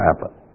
happen